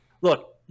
look